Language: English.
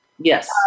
Yes